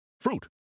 Fruit